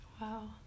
wow